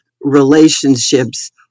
relationships